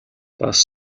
бас